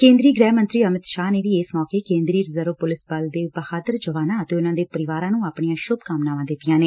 ਕੇਂਦਰੀ ਗੁਹਿ ਮੰਤਰੀ ਅਮਿਤ ਸ਼ਾਹ ਨੇ ਵੀ ਇਸ ਮੌਕੇ ਕੇਂਦਰੀ ਰਿਜ਼ਰਵ ਪੁਲਿਸ ਬਲ ਦੇ ਬਹਾਦਰ ਜਵਾਨਾਂ ਅਤੇ ਉਨਾਂ ਦੇ ਪਰਿਵਾਰਾਂ ਨੂੰ ਆਪਣੀਆਂ ਸੁੱਭਕਾਮਨਾਵਾਂ ਦਿੱਤੀਆਂ ਨੇ